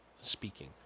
speaking